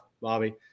bobby